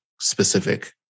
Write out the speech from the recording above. specific